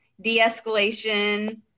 de-escalation